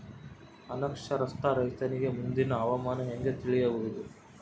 ಅನಕ್ಷರಸ್ಥ ರೈತರಿಗೆ ಮುಂದಿನ ಹವಾಮಾನ ಹೆಂಗೆ ತಿಳಿಯಬಹುದು?